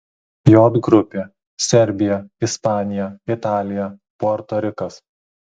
j grupė serbija ispanija italija puerto rikas